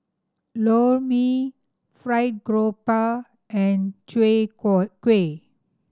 Lor Mee fried grouper and chwee kueh